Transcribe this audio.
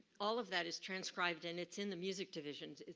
all of that is transcribed and it's in the music division.